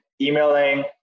emailing